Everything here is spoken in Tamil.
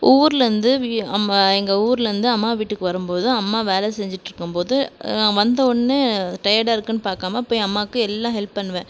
ஊர்லேருந்து வீ அம்மா எங்கள் ஊர்லேருந்து அம்மா வீட்டுக்கு வரும் போது அம்மா வேலை செஞ்சுட்டுருக்கும் போது வந்தவுன்னே டையடாக இருக்குதுன்னு பார்க்காம போய் அம்மாவுக்கு எல்லா ஹெல்ப் பண்ணுவேன்